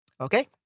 Okay